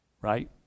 Right